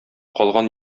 калган